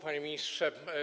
Panie Ministrze!